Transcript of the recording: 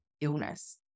illness